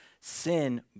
sin